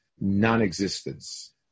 non-existence